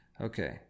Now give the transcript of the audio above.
Okay